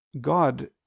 god